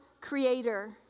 creator